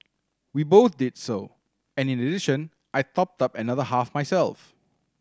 we both did so and in addition I topped up another half myself